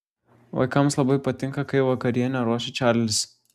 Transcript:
vaikams labai patinka kai vakarienę ruošia čarlis